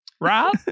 Rob